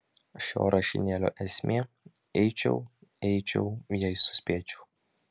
šio rašinėlio esmė eičiau eičiau jei suspėčiau